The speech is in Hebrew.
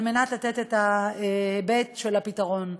על מנת לתת את ההיבט, הפתרון.